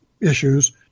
issues